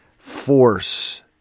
force